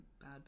bad